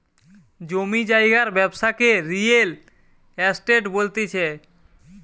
জমি জায়গার ব্যবসাকে রিয়েল এস্টেট বলতিছে